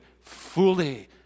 fully